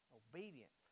obedient